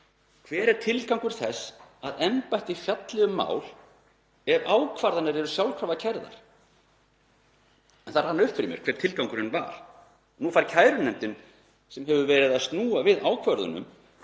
Hver er tilgangur þess að embættið fjalli um mál ef ákvarðanir eru sjálfkrafa kærðar? Það rann upp fyrir mér hver tilgangurinn var: Nú fær kærunefndin, sem hefur verið að snúa við ákvörðunum,